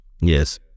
Yes